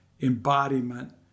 embodiment